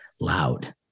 loud